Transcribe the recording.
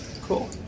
cool